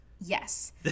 Yes